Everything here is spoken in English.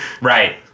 right